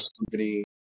company